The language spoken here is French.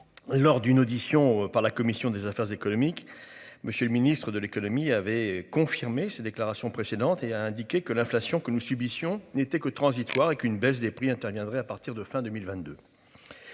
Lors d'une audition par la commission des affaires économiques. Monsieur le Ministre de l'Économie avait confirmé ses déclarations précédentes et a indiqué que l'inflation que nous subissions n'était que transitoire avec une baisse des prix interviendrait à partir de fin 2022.